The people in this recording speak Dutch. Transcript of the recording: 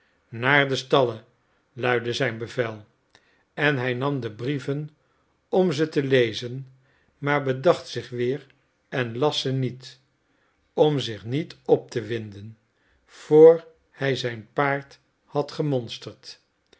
naar de stallen luidde zijn bevel en hij nam de brieven om ze te lezen maar bedacht zich weer en las ze niet om zich niet op te winden voor hij zijn paard had